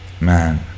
man